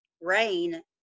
rain